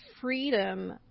freedom